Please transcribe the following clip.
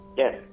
yes